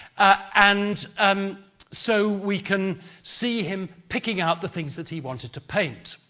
and um so we can see him picking out the things that he wanted to paint.